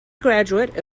graduate